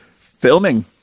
Filming